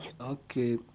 Okay